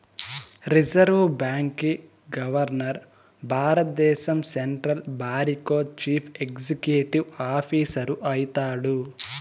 reserve బాంకీ governor భారద్దేశం central బారికో చీఫ్ ఎక్సిక్యూటివ్ ఆఫీసరు అయితాడు